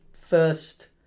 first